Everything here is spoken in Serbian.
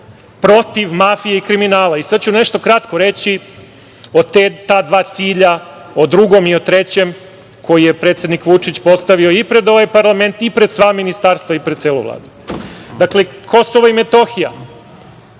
protiv mafije i kriminala. Sada ću nešto kratko reći o ta dva cilja, o drugom i o trećem, koji je predsednik Vučić postavio i pred ovaj parlament i pred sva ministarstva i pred celu Vladu. Dakle, Kosovo i Metohija,